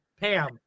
Pam